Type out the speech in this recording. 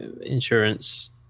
insurance